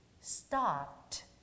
stopped